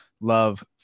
love